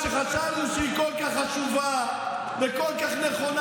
שחשבנו שהיא כל כך חשובה וכל כך נכונה,